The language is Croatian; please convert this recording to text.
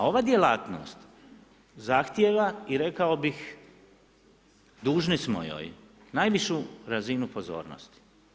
Ova djelatnost zahtjeva i rekao bih dužni smo joj najvišu razinu pozornosti.